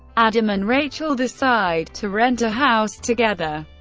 adam and rachel decide to rent a house together.